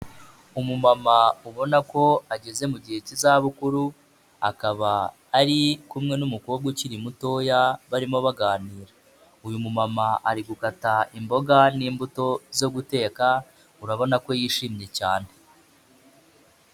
Umumama ubona ko ageze mu gihe cy'izabukuru, akaba ari kumwe n'umukobwa ukiri mutoya barimo baganira, uyu mumama ari gukata imboga n'imbuto zo guteka urabona ko yishimye cyane.